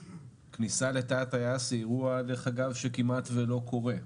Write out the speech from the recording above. כניסה לתא הטייס היא אירוע שדרך אגב כמעט ולא קורה,